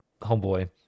Homeboy